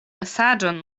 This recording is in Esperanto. mesaĝon